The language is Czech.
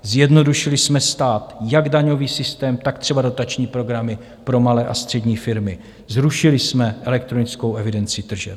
Zjednodušili jsme stát, jak daňový systém, tak třeba dotační programy pro malé a střední firmy, zrušili jsme elektronickou evidenci tržeb.